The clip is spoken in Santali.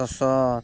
ᱥᱚᱥᱚ